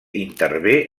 intervé